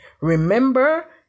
Remember